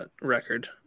record